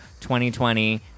2020